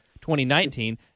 2019